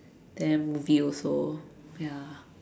then movie also ya